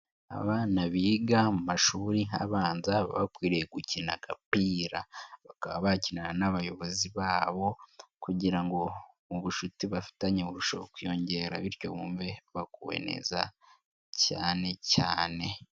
Abana biga mu mashuri abanza baba bakwiriye gukina agapira, bakaba bakina n'abayobozi babo kugira ngo ubucuti bafitanye burusheho kwiyongera, bityo bumve bakuwe neza cyane cyane.